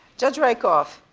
judge rakoff,